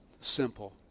simple